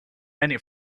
many